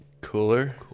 Cooler